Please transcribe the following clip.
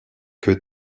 que